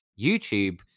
YouTube